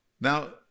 Now